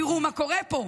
תראו מה קורה פה,